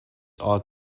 are